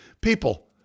people